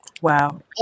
Wow